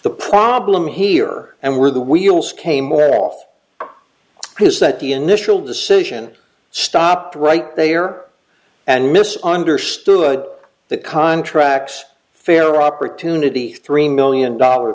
the problem here and where the wheels came off is that the initial decision stopped right there and miss understood the contracts fair opportunity three million dollar